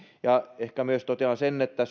ja ehkä totean myös sen että